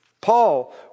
Paul